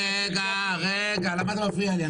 רגע, רגע, למה אתה מפריע לי?